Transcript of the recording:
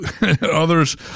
Others